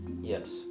Yes